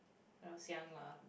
when I was young lah